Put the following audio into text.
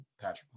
Patrick